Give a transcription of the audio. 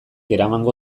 eramango